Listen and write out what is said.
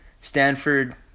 Stanford